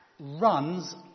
runs